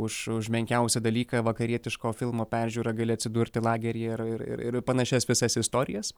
už už menkiausią dalyką vakarietiško filmo peržiūrą gali atsidurti lageryje ir ir ir panašias visas istorijas